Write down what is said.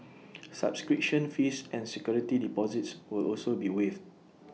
subscription fees and security deposits will also be waived